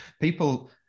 people